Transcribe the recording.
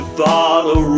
follow